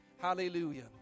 Hallelujah